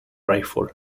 rifle